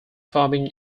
farming